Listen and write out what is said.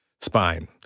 spine